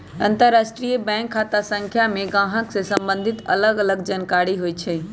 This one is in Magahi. अंतरराष्ट्रीय बैंक खता संख्या में गाहक से सम्बंधित अलग अलग जानकारि होइ छइ